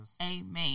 Amen